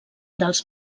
dels